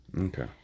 Okay